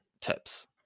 tips